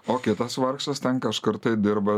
o kitas vargšas ten kažkur tai dirba